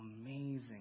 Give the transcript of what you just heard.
amazing